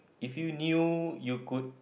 if you knew you could